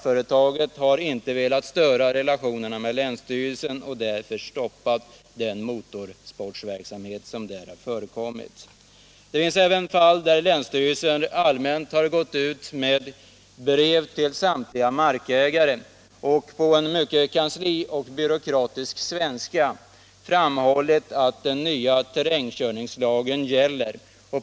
Företaget har inte velat störa relationerna med länsstyrelsen och därför stoppat den motorverksamhet som förekommit. Vidare finns det fall där länsstyrelsen gått ut med brev till samtliga markägare och på byråkratisk kanslisvenska framhållit att den nya terrängkörningslagen gäller.